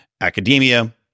academia